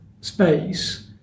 space